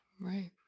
Right